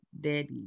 daddy